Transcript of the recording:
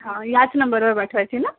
हा याच नंबरवर पाठवायची ना